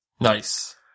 Nice